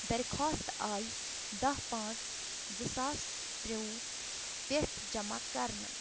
درخواست آی دَہ پانٛژھ زٕ ساس ترٛوُہ پٮ۪ٹھ جمع کرنہٕ